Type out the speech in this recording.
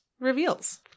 reveals